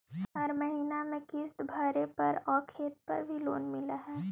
हर महीने में किस्त भरेपरहै आउ खेत पर भी लोन मिल है?